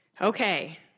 Okay